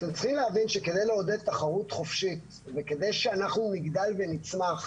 אתם צריכים להבין שכדי לעודד תחרות חופשית וכדי שאנחנו נגדל ונצמח,